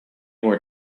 more